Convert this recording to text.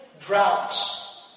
droughts